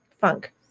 funk